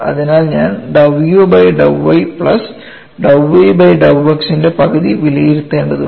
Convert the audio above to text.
അതിനാൽ ഞാൻ dou u by dou y plus dou v by dov x ന്റെ പകുതി വിലയിരുത്തേണ്ടതുണ്ട്